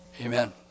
Amen